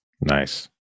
Nice